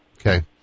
okay